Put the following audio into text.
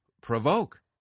provoke